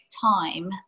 time